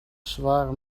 zware